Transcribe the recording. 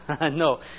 No